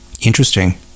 Interesting